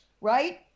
right